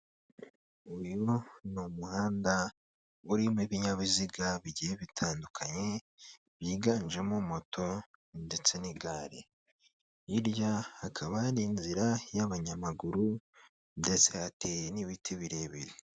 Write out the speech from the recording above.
Uyu ni umuhanda urimo ibinyabiziga bigiye bitandukanye, byiganjemo moto ndetse n'igare, hirya hakaba hari inzira y'abanyamaguru, ndetse hateye n'ibiti birebire.